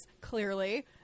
clearly